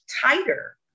tighter